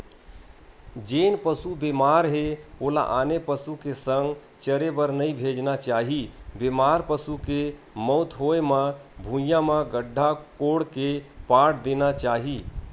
जेन पसु बेमार हे ओला आने पसु के संघ चरे बर नइ भेजना चाही, बेमार पसु के मउत होय म भुइँया म गड्ढ़ा कोड़ के पाट देना चाही